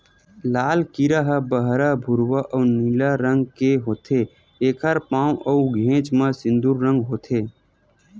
लाल कीरा ह बहरा भूरवा अउ नीला रंग के होथे, एखर पांव अउ घेंच म सिंदूर रंग होथे